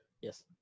Yes